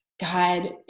God